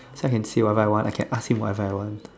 so I can say whatever I want I can ask whatever I want